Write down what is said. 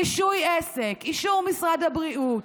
רישוי עסק, אישור משרד הבריאות,